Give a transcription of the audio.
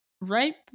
right